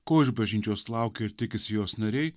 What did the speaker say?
ko iš bažnyčios laukia ir tikisi jos nariai